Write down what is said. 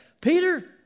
Peter